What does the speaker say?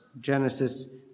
Genesis